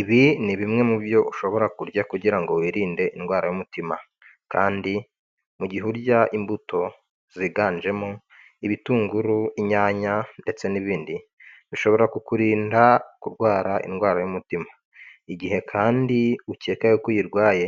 Ibi ni bimwe mu byo ushobora kurya kugira ngo wirinde indwara y'umutima kandi mu gihe urya imbuto ziganjemo ibitunguru, inyanya ndetse n'ibindi bishobora kukurinda kurwara indwara y'umutima igihe kandi ukeka ko uyirwaye